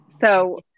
So-